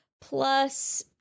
plus